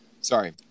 Sorry